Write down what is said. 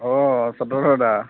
অঁ চত্ৰধৰ দা